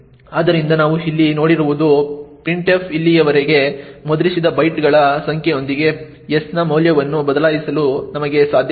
ಆದ್ದರಿಂದ ನಾವು ಇಲ್ಲಿ ನೋಡಿರುವುದು printf ಇಲ್ಲಿಯವರೆಗೆ ಮುದ್ರಿಸಿದ ಬೈಟ್ಗಳ ಸಂಖ್ಯೆಯೊಂದಿಗೆ s ನ ಮೌಲ್ಯವನ್ನು ಬದಲಾಯಿಸಲು ನಮಗೆ ಸಾಧ್ಯವಾಗಿದೆ